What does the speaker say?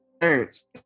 parents